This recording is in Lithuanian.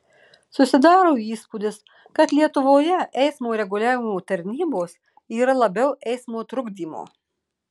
susidaro įspūdis kad lietuvoje eismo reguliavimo tarnybos yra labiau eismo trukdymo